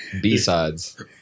B-sides